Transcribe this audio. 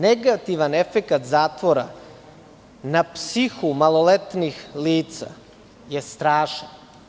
Negativan efekat zatvora na psihu maloletnih lica je strašan.